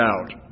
out